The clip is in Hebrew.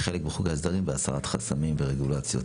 שאנחנו בדיונים כחלק מחוק ההסדרים והסרת חסמים ורגולציות